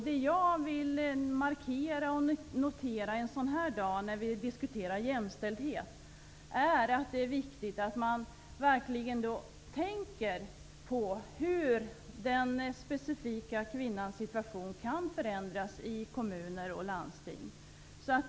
Det jag vill markera och notera en sådan här dag, när vi diskuterar jämställdhet, är att det är viktigt att man verkligen tänker på hur kvinnans specifika situation kan förändras i kommuner och landsting.